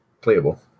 playable